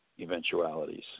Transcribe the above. eventualities